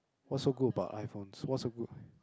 what's so good about iPhones what's so good